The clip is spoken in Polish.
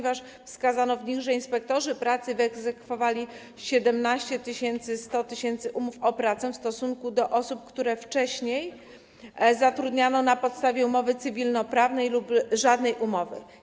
Wskazano w nich, że inspektorzy pracy wyegzekwowali 17 100 umów o pracę w stosunku do osób, które wcześniej zatrudniono na podstawie umowy cywilnoprawnej lub bez żadnej umowy.